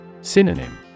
Synonym